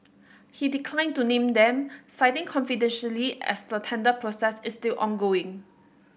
he declined to name them citing confidentiality as the tender process is still ongoing